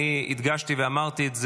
אני הדגשתי ואמרתי את זה,